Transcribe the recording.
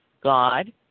God